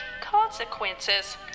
consequences